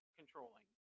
controlling